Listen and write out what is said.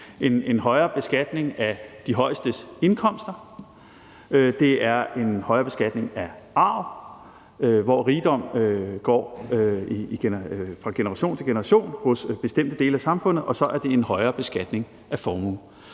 en højere beskatning af dem med den højeste indkomst; det er en højere beskatning af arv, hvor rigdom går fra generation til generation i bestemte dele af samfundet; og så er det en højere beskatning af formue.